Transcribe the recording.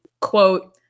quote